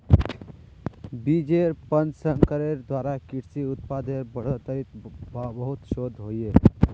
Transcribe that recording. बिजेर प्रसंस्करनेर द्वारा कृषि उत्पादेर बढ़ोतरीत बहुत शोध होइए